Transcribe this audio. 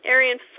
Arian